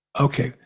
okay